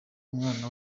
umwana